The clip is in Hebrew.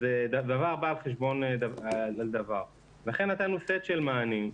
אז דבר בא על חשבון דבר, לכן נתנו סט של מענים.